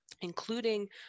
including